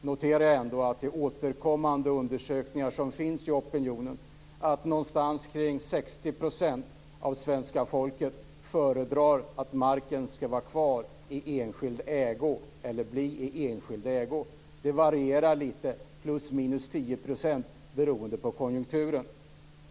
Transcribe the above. noterar jag ändå att återkommande undersökningar som görs när det gäller opinionen visar att någonstans kring 60 % av svenska folket föredrar att marken ska vara kvar i enskild ägo eller bli i enskild ägo. Det varierar lite, plus minus 10 %, beroende på konjunkturen.